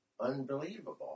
unbelievable